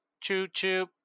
Choo-choo